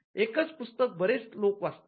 एकच पुस्तक बरेच लोक वाचतात